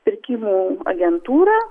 pirkimų agentūrą